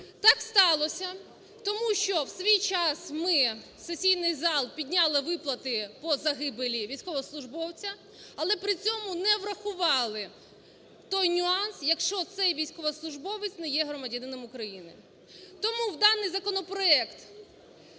Так сталося, тому що в свій час ми, сесійний зал, підняли виплати по загибелі військовослужбовця, але при цьому не врахували той нюанс, якщо цей військовослужбовець не є громадянином України. Тому даний законопроект